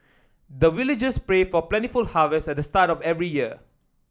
the villagers pray for plentiful harvest at the start of every year